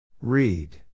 Read